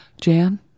Jan